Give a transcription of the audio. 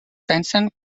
pensen